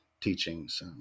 teachings